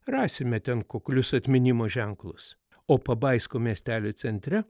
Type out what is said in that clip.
rasime ten kuklius atminimo ženklus o pabaisko miestelio centre